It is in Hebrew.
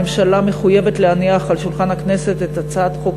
הממשלה מחויבת להניח על שולחן הכנסת את הצעת חוק